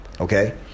Okay